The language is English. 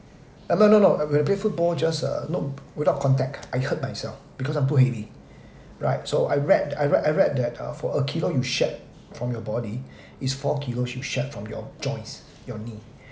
uh no no I when I play football just uh no without contact I hurt myself because I'm too heavy right so I read I read I read that uh for a kilo you shed from your body is four kilo you shed from your joints your knee